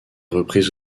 repris